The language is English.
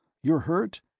you're hurt?